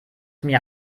mir